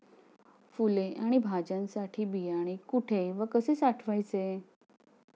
फुले आणि भाज्यांसाठी बियाणे कुठे व कसे साठवायचे?